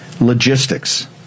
logistics